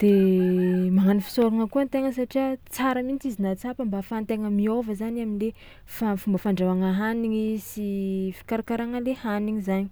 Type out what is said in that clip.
de magnano fisaoragna koa an-tegna satria tsara mihitsy izy nahatsapa mba ahafahan-tegna miôva zany am'le fa- fomba fandrahoagna hanigny sy fikarakarana le hanigny zany.